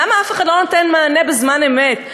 למה אף אחד לא נותן מענה בזמן אמת?